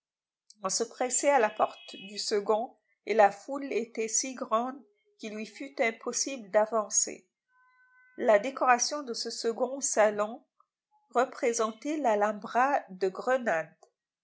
on se pressait à la porte du second et la foule était si grande qu'il lui fut impossible d'avancer la décoration de ce second salon représentait l'alhambra de grenade